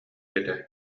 этэ